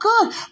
good